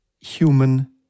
human